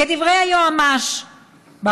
כדברי היועץ המשפטי לממשלה,